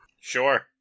Sure